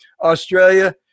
Australia